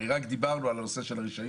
הרי רק דיברנו על הנושא של הרישיון.